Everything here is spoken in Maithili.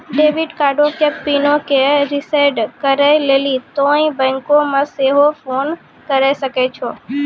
डेबिट कार्डो के पिनो के रिसेट करै लेली तोंय बैंको मे सेहो फोन करे सकै छो